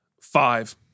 five